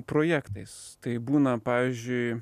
projektais tai būna pavyzdžiui